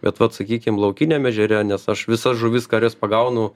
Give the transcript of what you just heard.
bet vat sakykim laukiniam ežere nes aš visas žuvis kurias pagaunu